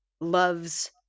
loves